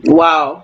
wow